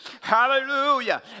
hallelujah